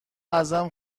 ازم